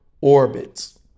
orbits